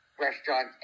restaurants